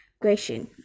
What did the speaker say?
question